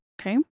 Okay